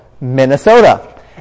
Minnesota